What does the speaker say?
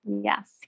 Yes